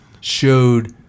showed